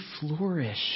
flourish